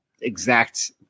exact